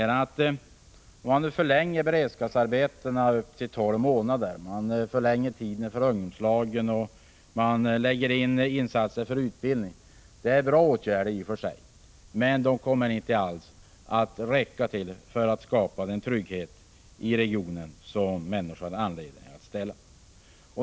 Att förlänga beredskapsarbetena upp till tolv månader, att förlänga tiden för ungdomslagen och att lägga in insatser för utbildning är i och för sig bra åtgärder. Men de kommer inte alls att räcka till för att skapa den trygghet i regionen som människorna har anledning att kräva.